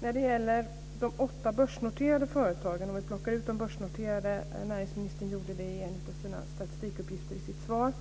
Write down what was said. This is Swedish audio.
Vi kan plocka ut de börsnoterade företagen, som näringsministern gjorde i en av statistikuppgifterna i sitt svar.